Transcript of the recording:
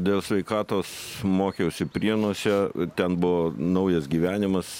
dėl sveikatos mokiausi prienuose ten buvo naujas gyvenimas